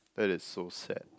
that is so sad